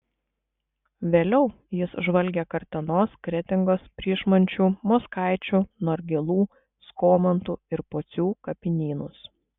vėliau jis žvalgė kartenos kretingos pryšmančių mockaičių norgėlų skomantų ir pocių kapinynus